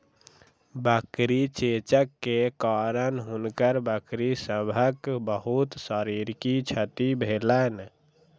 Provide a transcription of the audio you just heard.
बकरी चेचक के कारण हुनकर बकरी सभक बहुत शारीरिक क्षति भेलैन